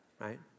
right